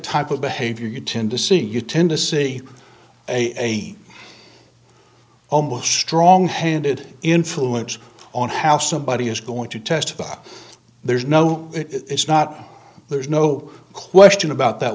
type of behavior you tend to see you tend to see a ane almost strong handed influence on how somebody is going to testify there's no it's not there's no question about that